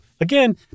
Again